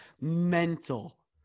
mental